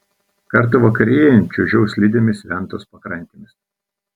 kartą vakarėjant čiuožiau slidėmis ventos pakrantėmis